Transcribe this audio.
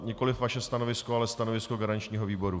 Nikoliv vaše stanovisko, ale stanovisko garančního výboru.